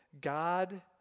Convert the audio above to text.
God